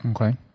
okay